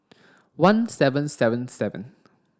one seven seven seven